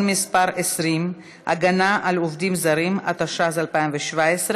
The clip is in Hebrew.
מס' 20) (הגנה על עובדים זרים) התשע"ז 2017,